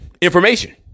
information